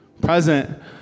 present